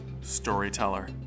storyteller